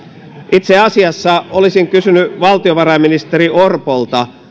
itse asiassa olisin kysynyt valtiovarainministeri orpolta